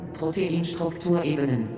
Proteinstrukturebenen